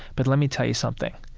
but let me tell you something,